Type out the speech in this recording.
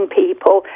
people